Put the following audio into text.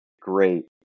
great